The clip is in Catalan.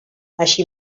així